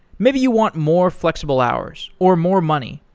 maybe you want more flexible hours, or more money,